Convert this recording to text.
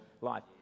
life